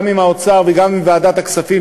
גם עם האוצר וגם עם ועדת הכספים,